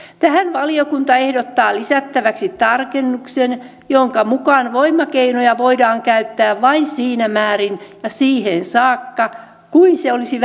valiokunta ehdottaa lisättäväksi tarkennuksen jonka mukaan voimakeinoja voidaan käyttää vain siinä määrin ja siihen saakka kuin se olisi